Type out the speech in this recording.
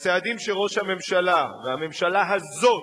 הצעדים שראש הממשלה והממשלה הזאת